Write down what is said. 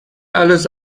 alles